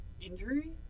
injury